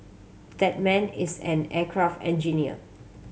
that man is an aircraft engineer